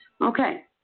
Okay